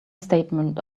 statement